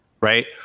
right